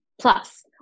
Plus